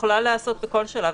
יכולה להיעשות בכל שלב,